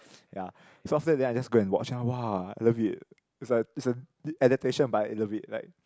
ya so after that then I just go and watch ah [wah] I love it's a it's a adaptation but I love it like